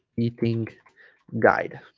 eating guide